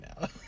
now